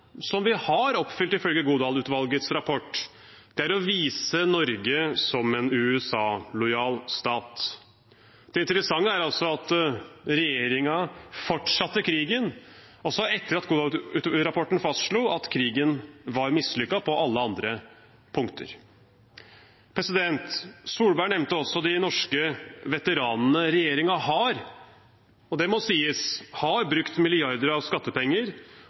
som vi har oppfylt, ifølge Godal-utvalgets rapport, er å vise Norge som en USA-lojal stat. Det interessante er altså at regjeringen fortsatte krigen også etter at Godal-rapporten fastslo at krigen var mislykket på alle andre punkter. Erna Solberg nevnte også de norske veteranene. Regjeringen har, og det må sies, brukt milliarder av skattepenger